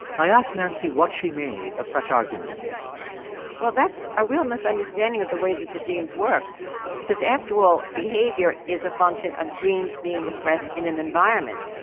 i asked nancy what she made of such arguments well, that's a real misunderstanding of the way that the genes work because, after all, behavior is a function of genes being expressed in an environment,